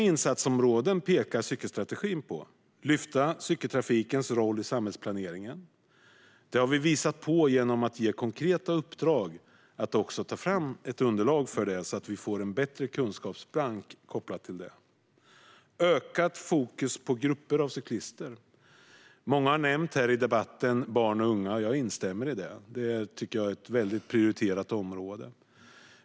Cykelstrategin pekar på fem insatsområden. Vi ska lyfta cykeltrafikens roll i samhällsplaneringen. Detta har vi visat genom att ge konkreta uppdrag som syftar till att ta fram ett underlag för detta så att vi får en bättre kunskapsbank om det här. Vi ska ha ett ökat fokus på grupper av cyklister. Många har här i debatten nämnt barn och unga. Jag instämmer i att detta område ska vara prioriterat.